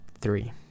three